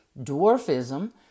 dwarfism